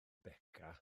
beca